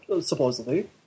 supposedly